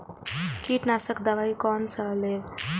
कीट नाशक दवाई कोन सा लेब?